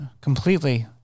completely